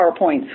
PowerPoints